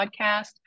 podcast